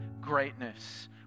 greatness